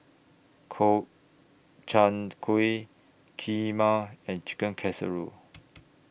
Gobchang Gui Kheema and Chicken Casserole